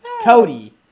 Cody